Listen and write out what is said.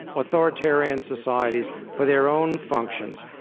authoritarian societies for their own functions.